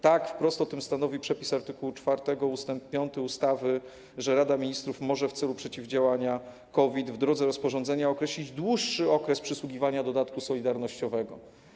Tak, wprost o tym stanowi przepis art. 4 ust. 5 ustawy, że Rada Ministrów może w celu przeciwdziałania COVID, w drodze rozporządzenia, określić dłuższy okres przysługiwania dodatku solidarnościowego.